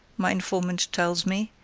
my informant tells me,